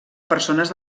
persones